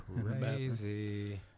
crazy